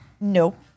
Nope